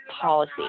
policy